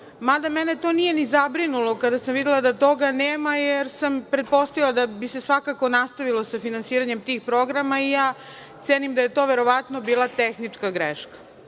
Mada mene to nije ni zabrinulo kada sam videla da toga nema, jer sam pretpostavila da bi se svakako nastavilo sa finansiranjem tih programa i ja cenim da je to verovatno bila tehnička greška. Ono